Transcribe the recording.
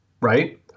Right